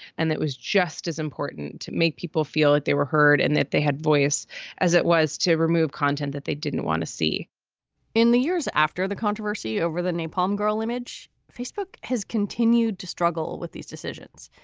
and that was just as important to make people feel that they were heard and that they had voice as it was to remove content that they didn't want to see in the years after the controversy over the napalm girl image facebook has continued to struggle with these decisions.